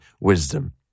wisdom